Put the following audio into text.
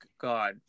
God